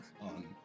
on